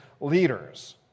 leaders